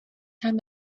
time